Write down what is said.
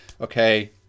okay